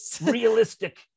realistic